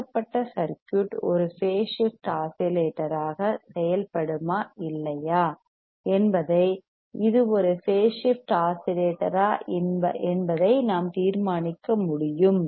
கொடுக்கப்பட்ட சர்க்யூட் ஒரு phase shift ஆஸிலேட்டராக செயல்படுமா இல்லையா என்பதை இது ஒரு பேஸ் ஷிப்ட் ஆஸிலேட்டரா என்பதை நாம் தீர்மானிக்க முடியும்